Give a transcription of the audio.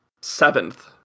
seventh